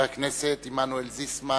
חבר הכנסת עמנואל זיסמן.